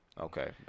Okay